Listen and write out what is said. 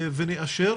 ונאשר.